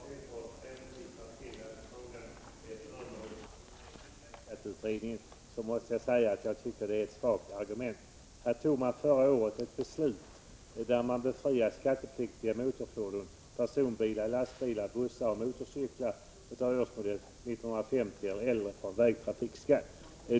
Herr talman! Lars Hedfors hänvisar till att frågan är föremål för övervägande i vägtrafikutredningen. Jag måste säga att jag tycker det är ett svagt argument. Här togs förra året ett beslut som befriade skattepliktiga motorfordon — personbilar, lastbilar, bussar och motorcyklar — av årsmodell 1950 eller äldre från vägtrafikskatt.